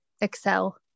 excel